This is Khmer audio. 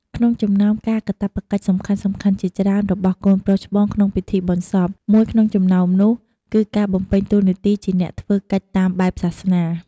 ក្នុងចំណោមការកាតព្វកិច្ចសំខាន់ៗជាច្រើនរបស់កូនប្រុសច្បងក្នុងពិធីបុណ្យសព មួយក្នុងចំណោមនោះគឺការបំពេញតួនាទីជាអ្នកធ្វើកិច្ចតាមបែបសាសនា។